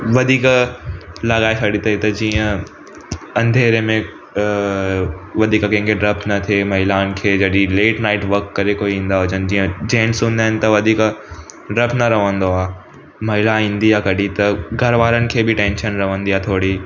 वधीक ला लाइट हिते जी जीअं अंधेरे में वधीक कंहिंखे ॾपु न थिए महिलाउनि खे जॾहिं लेट नाइट वक करे कोई ईंदा हुजनि जीअं जेन्स हूंदा आहिनि त वधीक ॾपु न रहंदो आहे महिला ईंदी आहे कॾी त घर वारनि खे बि टेंशन रहंदी आहे थोरी